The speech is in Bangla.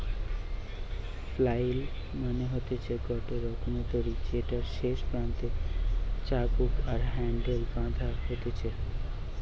ফ্লাইল মানে হতিছে গটে রকমের দড়ি যেটার শেষ প্রান্তে চাবুক আর হ্যান্ডেল বাধা থাকতিছে